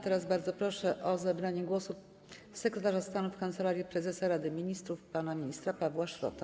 Teraz bardzo proszę o zabranie głosu sekretarza stanu w Kancelarii Prezesa Rady Ministrów pana ministra Pawła Szrota.